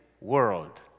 World